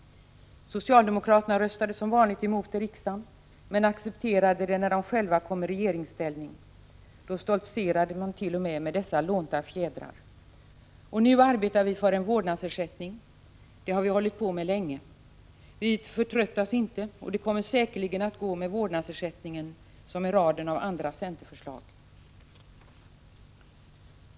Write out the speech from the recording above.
Socialdemokraterna röstade som vanligt mot förslaget i riksdagen, men de accepterade det när de själva kom i regeringsställning — då stoltserade de t.o.m.med dessa lånta fjädrar. Nu arbetar vi för vårdnadsersättning— något som vi har hållit på med länge. Vi förtröttas inte, och det kommer säkerligen att gå med vårdnadsersättningen som med raden av andra centerförslag.